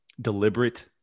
deliberate